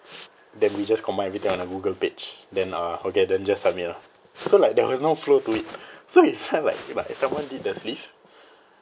then we just combine everything on a google page then uh okay then just submit lah so like there was no flow to it so it felt like like someone did the sleeve